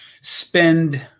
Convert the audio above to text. spend